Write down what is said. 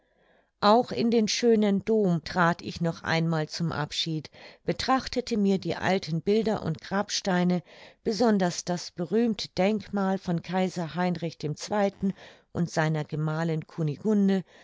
auch in den schönen dom trat ich noch einmal zum abschied betrachtete mir die alten bilder und grabsteine besonders das berühmte denkmal von kaiser heinrich ii und seiner gemahlin kunigunde